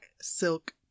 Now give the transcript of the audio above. silk